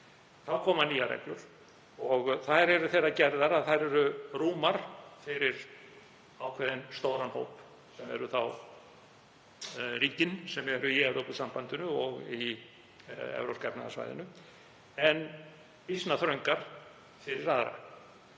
Þá koma nýjar reglur og þær eru þeirrar gerðar að þær eru rúmar fyrir ákveðinn stóran hóp, ríkin sem eru í Evrópusambandinu og Evrópska efnahagssvæðinu, en býsna þröngar fyrir aðra.